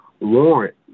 warrant